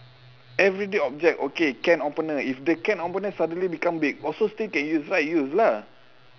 everyday object okay can opener if the can opener suddenly become big also still can use right use lah